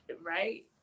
right